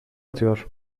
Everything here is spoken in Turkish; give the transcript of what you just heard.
atıyor